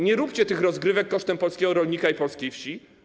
Nie róbcie tych rozgrywek kosztem polskiego rolnika i polskiej wsi.